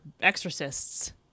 exorcists